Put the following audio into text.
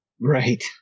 Right